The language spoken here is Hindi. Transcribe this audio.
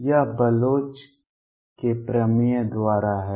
यह बलोच के प्रमेय द्वारा है